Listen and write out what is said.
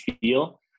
feel